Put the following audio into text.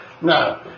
no